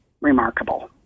remarkable